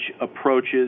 approaches